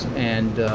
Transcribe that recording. and,